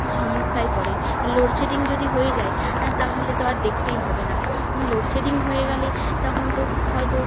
সমস্যায় পড়ে লোডশেডিং যদি হয়ে যায় তাহলে তো আর দেখতেই হবে না লোডশেডিং হয়ে গেলে তখন তো হয়তো